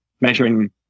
measuring